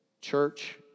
church